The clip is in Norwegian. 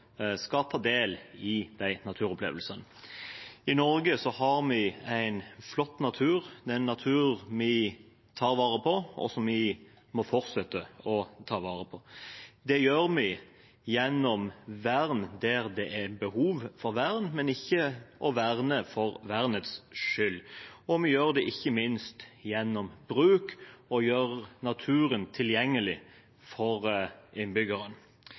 skal ta del i disse naturopplevelsene. I Norge har vi en flott natur, det er en natur vi tar vare på, og som vi må fortsette å ta vare på. Det gjør vi gjennom vern der det er behov for vern, men ikke vern for vernets skyld. Vi gjør det ikke minst gjennom bruk og ved å gjøre naturen tilgjengelig for